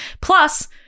Plus